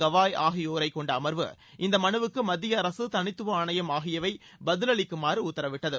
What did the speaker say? கவாய் ஆகியோரைக் கொண்ட அர்வு இந்த மனுவுக்கு மத்திய அரசு தனித்துவ ஆணையம் ஆகியவை பதிலளிக்குமாறு உத்தரவிட்டுள்ளது